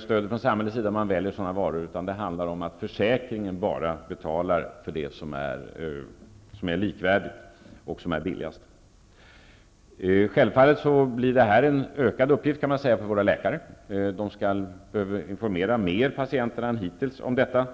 stöd från samhället om man väljer sådana varor, utan det handlar om att försäkringen betalar bara det som är billigast när det finns flera likvärdiga läkemedel. Självfallet medför detta ökade uppgifter för våra läkare. De kommer att behöva informera patienterna mer än hittills om detta.